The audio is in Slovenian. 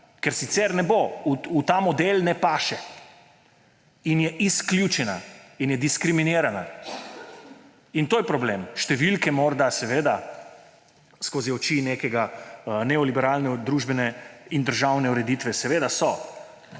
ker sicer ne bo, v ta model ne paše in je izključena in je diskriminirana. In to je problem! Številke morda ‒ seveda, skozi oči neke neoliberalno družbene in državne ureditve seveda so,